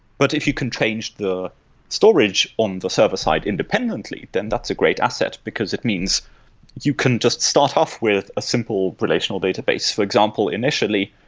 but if you can change the storage on the server-side independently, then that's a great asset, because it means you can just start off with a simple relational database. for example, initially,